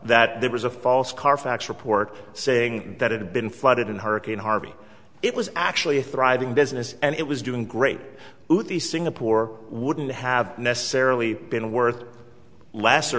that there was a false carfax report saying that it had been flooded in hurricane harvey it was actually a thriving business and it was doing great at the singapore wouldn't have necessarily been worth less